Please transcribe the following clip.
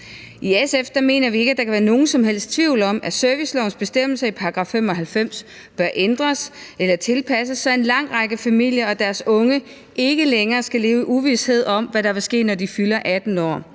I SF mener vi ikke, at der kan være nogen som helst tvivl om, at servicelovens bestemmelse i § 95 bør ændres eller tilpasses, så en lang række familier og deres unge ikke længere skal leve i uvished om, hvad der vil ske, når de unge fylder 18 år.